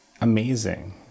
amazing